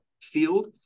field